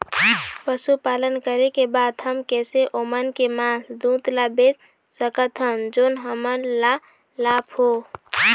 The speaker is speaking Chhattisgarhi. पशुपालन करें के बाद हम कैसे ओमन के मास, दूध ला बेच सकत हन जोन हमन ला लाभ हो?